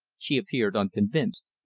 she appeared unconvinced.